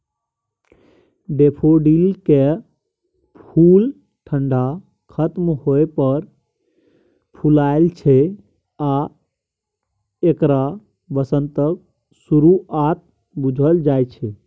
डेफोडिलकेँ फुल ठंढा खत्म होइ पर फुलाय छै आ एकरा बसंतक शुरुआत बुझल जाइ छै